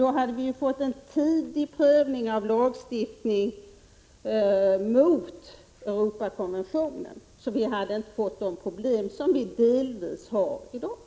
Det hade då kunnat göras en tidigare prövning av lagstiftning mot Europakonventionen, varigenom de problem som finns i dag hade kunnat undvikas.